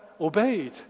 obeyed